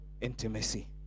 intimacy